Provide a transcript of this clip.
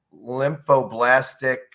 lymphoblastic